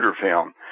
film